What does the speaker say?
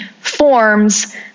forms